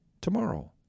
tomorrow